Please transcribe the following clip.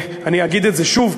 אני אגיד את זה שוב,